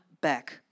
back